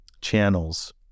channels